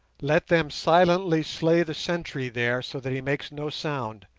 let them silently slay the sentry there so that he makes no sound,